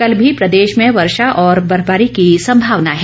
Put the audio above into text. कल भी प्रदेश में वर्षा और बर्फवारी की संभावना है